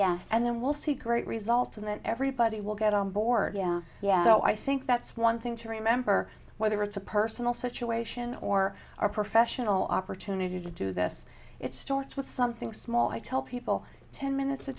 yes and then we'll see great results in that everybody will get on board yeah yeah so i think that's one thing to remember whether it's a personal situation or our professional opportunity to do this it starts with something small i tell people ten minutes a